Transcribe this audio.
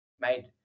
made